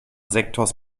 sektors